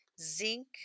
zinc